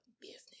business